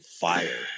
fire